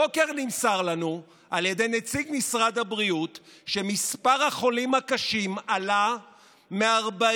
הבוקר נמסר לנו על ידי נציג משרד הבריאות שמספר החולים הקשים עלה מ-46